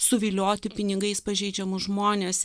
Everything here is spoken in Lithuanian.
suvilioti pinigais pažeidžiamus žmones